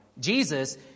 Jesus